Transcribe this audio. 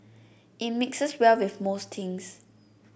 it mixes well with most things